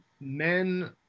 men